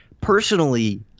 personally